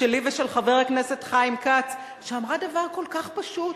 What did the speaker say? שלי ושל חבר הכנסת חיים כץ שאמרה דבר כל כך פשוט,